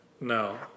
No